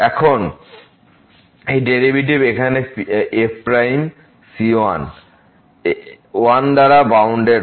এখনএই derivative এখানে f prime c1 1 দ্বারা bounded হয়